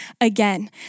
again